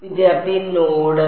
വിദ്യാർത്ഥി നോഡ്